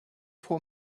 for